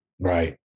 Right